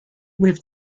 with